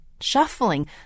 shuffling